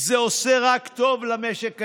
זה עושה רק טוב למשק הישראלי,